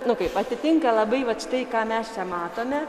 nu kaip atitinka labai vat štai ką mes čia matome